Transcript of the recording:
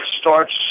starts